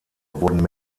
wurden